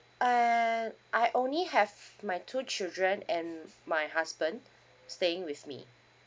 uh I only have my two children and my husband staying with me